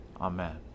Amen